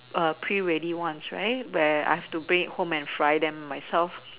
pre ready ones right where I need to bring it home and fry them myself